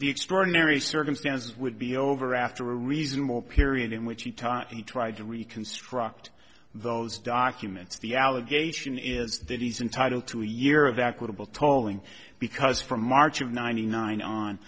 the extraordinary circumstances would be over after a reasonable period in which the time he tried to reconstruct those documents the allegation is that he's entitled to a year of aquittal talling because from march of ninety nine on